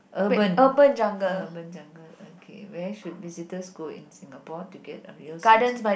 urban urban jungle okay where should visitors go in Singapore to get a real sense of